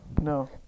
No